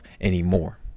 anymore